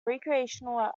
recreational